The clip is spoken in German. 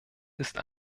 ist